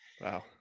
Wow